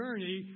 journey